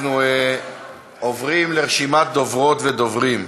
אנחנו עוברים לרשימת דוברות ודוברים.